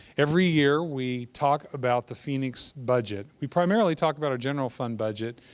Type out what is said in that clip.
every year, we talk about the phoenix budget. we primarily talk about our general fund budget,